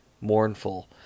mournful